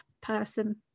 person